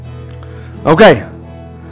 Okay